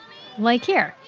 like here,